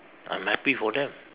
I'm happy for them